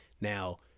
Now